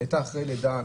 היא הייתה אחרי לידה.